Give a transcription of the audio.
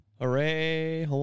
Hooray